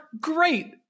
great